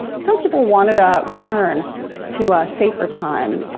some people wanted a return to a safer time,